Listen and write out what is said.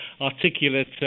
articulate